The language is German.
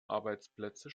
arbeitsplätze